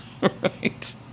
Right